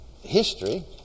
history